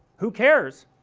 who cares